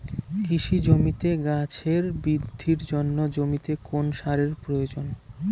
কৃষি জমিতে গাছের বৃদ্ধির জন্য জমিতে কোন সারের প্রয়োজন?